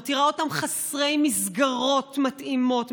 מותירה אותם חסרי מסגרות מתאימות,